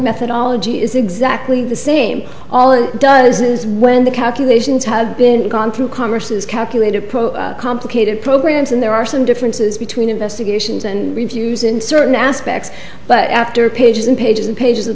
methodology is exactly the same all it does is when the calculations have been gone through congress is calculated complicated programs and there are some differences between investigations and reviews in certain aspects but after pages and pages and pages of